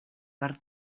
per